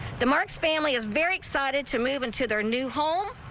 the marks family is very excited to move into their new home.